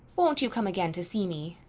won't you come again to see me?